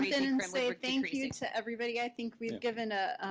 thank you to everybody. i think we've given a